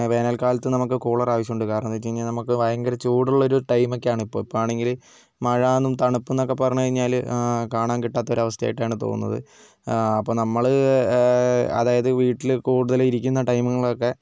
വേനൽക്കാലത്ത് നമുക്ക് കൂളർ ആവശ്യമുണ്ട് കാരണം എന്ന് വെച്ചുകഴിഞ്ഞാൽ നമുക്ക് ഭയങ്കര ചൂടുള്ളൊരു ടൈം ഒക്കെയാണ് ഇപ്പോൾ ഇപ്പോൾ ആണെങ്കിൽ മഴ എന്നും തണുപ്പ് എന്നൊക്കെ പറഞ്ഞുകഴിഞ്ഞാൽ കാണാൻ കിട്ടാത്ത ഒരവസ്ഥയായിട്ടാണ് തോന്നുന്നത് അപ്പോൾ നമ്മൾ അതായത് വീട്ടിൽ കൂടുതൽ ഇരിക്കുന്ന ടൈംമുകളൊക്കെ